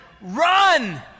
run